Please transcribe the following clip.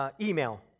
email